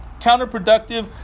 counterproductive